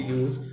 use